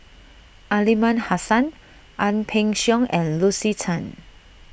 Aliman Hassan Ang Peng Siong and Lucy Tan